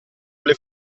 alle